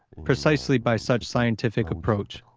precisely by such scientific approach,